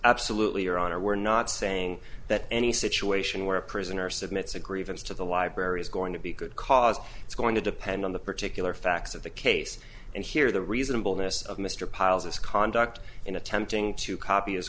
absolutely your honor we're not saying that any situation where a prisoner submits a grievance to the library is going to be good cause it's going to depend on the particular facts of the case and here the reasonableness of mr pyles misconduct in attempting to copy